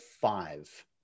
five